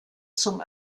zum